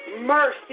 Mercy